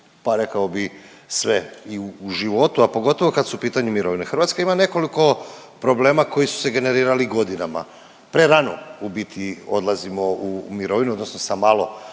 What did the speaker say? pa rekao bih sve i u životu, a pogotovo kad su u pitanju mirovine. Hrvatska ima nekoliko problema koji su se generirali godinama, prerano u biti odlazimo u mirovinu, odnosno sa malo